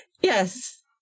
Yes